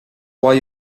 why